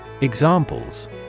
Examples